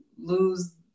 lose